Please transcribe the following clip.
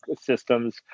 systems